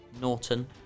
Norton